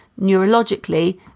neurologically